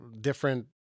different